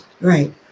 right